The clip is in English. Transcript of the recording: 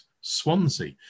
Swansea